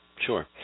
Sure